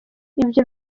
ibyo